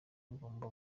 ugomba